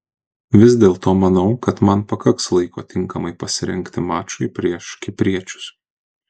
vis dėlto manau kad man pakaks laiko tinkamai pasirengti mačui prieš kipriečius